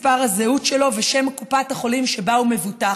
מספר הזהות שלו ושם קופת החולים שבה הוא מבוטח.